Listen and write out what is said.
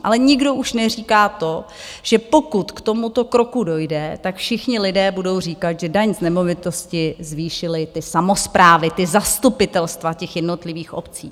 Ale nikdo už neříká to, že pokud k tomuto kroku dojde, tak všichni lidé budou říkat, že daň z nemovitosti zvýšily ty samosprávy, ta zastupitelstva jednotlivých obcí.